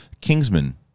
Kingsman